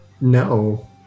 No